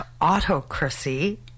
autocracy